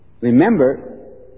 Remember